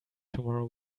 tomorrow